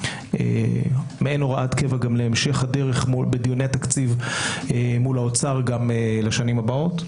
כמעין הוראת קבע להמשך הדרך בדיוני התקציב מול האוצר גם לשנים הבאות.